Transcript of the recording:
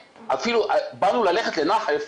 באנו ללכת לנחף,